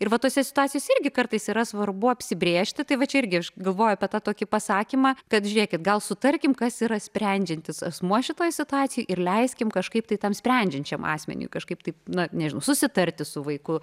ir va tose situacijose irgi kartais yra svarbu apsibrėžti tai va čia irgi galvoju apie tą tokį pasakymą kad žiūrėkit gal sutarkim kas yra sprendžiantis asmuo šitoj situacijoj ir leiskim kažkaip tai tam sprendžiančiam asmeniui kažkaip taip na nežinau susitarti su vaiku